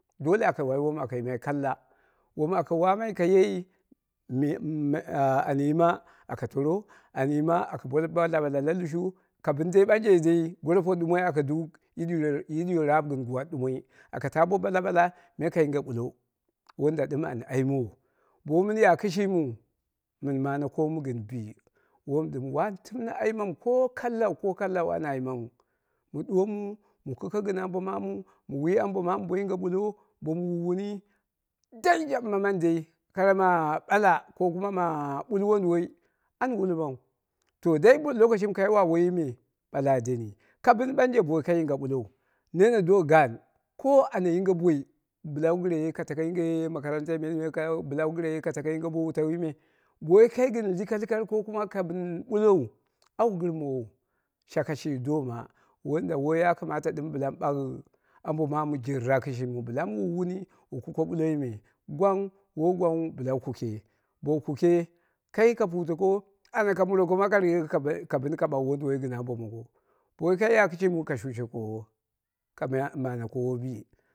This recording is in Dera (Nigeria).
Dole aka wai wom aka yimai kalla, aka wammai ka yeyi mɨ ye an yima aka torro, an yima aka bo balababala lushu ka bɨn dei banje goro pori ɗumoi a du yiɗiro yiɗiyo raap gɨn guwat ɗumoi aka taabi balabala me ka yinge ɓullo wanda ɗɨm an aimowo bo womin ya kɨshimiu mɨn mane koomu gɨn bi wom ɗɨm wani tɨmne aimamuu ko kalla ko kallau wan aimamuu, mu ɗuwomu mu ku ke gɨn ambo maamu, mɨ wi ambo maamu bo yinge ɓullo bomu wi wuni dai jaɓɨmani dai kara ma bala ko kuma ma ɓul wonduwoi an wulamau. Bo dai bo lokashim kai wa woiyi me ɓala a deni, ka ɓɨni ɓanje bo woi yinga ɓullou nene do gaan ko anya yinge boi bɨlawu gɨrewe a kako yinge makarantai me kai bɨla wu gɨrewe a tako yinge bo wutauwi me, bo wokai gɨn lakalkarkat ka bɨn mullou au gɨrmowou, shaka shi doma wanda woi ya kamata bɨla mɨ bau ambo maamu jirra kɨshimiu bɨla mɨ wi wuni wu kuke ɓulloi me, gwang woi gwang ghi bɨla wu kuke bowu kuke kai ka hutoko anya ka muroko ma kaika ɓini ka rigoko ka bagh wonduwoi ko ambo mongo bo waaka ya kɨshimiu ka shushe koowo ka mane koowo bi.